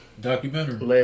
documentary